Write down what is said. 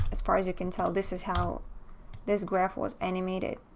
as far as you can tell, this is how this graph was animated.